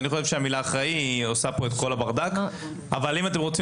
אני חושב שהמילה אחראי עושה כאן את כל הבלגאן אבל אם אתם רוצים